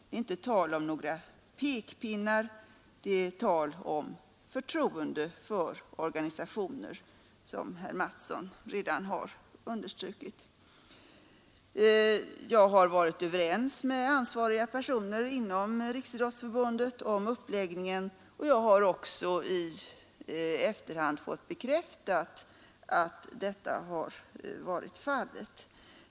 Det är inte tal om några pekpinnar, det är tal om förtroende för organisationer, som herr Mattsson i Lane-Herrestad redan har understrukit. Jag har varit överens med ansvariga personer inom Riksidrottsförbundet om uppläggningen, och jag har också i efterhand fått bekräftat att detta har varit fallet.